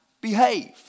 behave